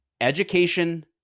Education